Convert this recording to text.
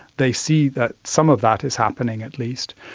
they see that some of that is happening at least.